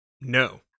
No